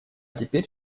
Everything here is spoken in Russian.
теперь